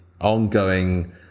ongoing